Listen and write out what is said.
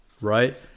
right